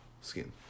skin